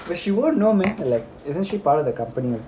but she won't know meh like isn't she part of the company